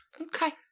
Okay